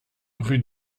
route